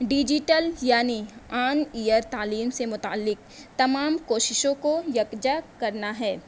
digital یعنی on air تعلیم سے متعلق تمام کوششوں کو یکجا کرنا ہے